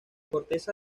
corteza